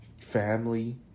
family